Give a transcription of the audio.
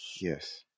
yes